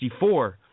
1964